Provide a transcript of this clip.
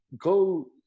go